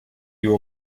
you